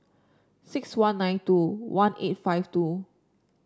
six one nine two one eight five two